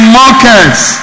markets